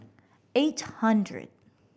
eight hundred